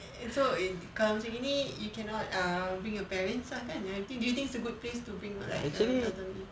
so it kalau macam gini you cannot err bring your parents lah kan do you think it's a good place to bring like elderly